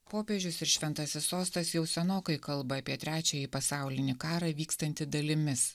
popiežius ir šventasis sostas jau senokai kalba apie trečiąjį pasaulinį karą vykstantį dalimis